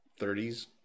30s